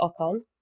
Ocon